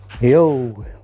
Yo